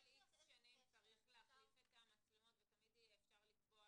כל X שנים צריך להחליף את המצלמות תמיד אפשר יהיה לקבוע